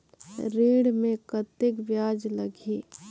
ऋण मे कतेक ब्याज लगही?